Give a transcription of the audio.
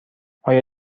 آیا